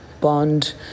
bond